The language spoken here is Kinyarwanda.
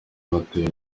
bataye